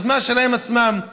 יוזמה שלהם עצמם,